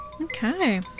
Okay